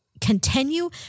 continue